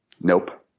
Nope